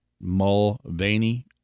Mulvaney